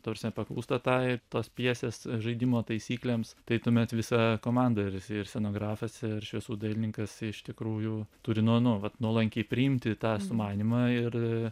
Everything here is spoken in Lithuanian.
ta prasme paklūsta tai tos pjesės žaidimo taisyklėms tai tuomet visa komanda ir ir scenografas ir šviesų dailininkas iš tikrųjų turi nu nu vat nuolankiai priimti tą sumanymą ir